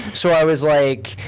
so, i was like,